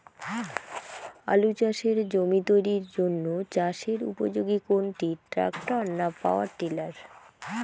আলু চাষের জমি তৈরির জন্য চাষের উপযোগী কোনটি ট্রাক্টর না পাওয়ার টিলার?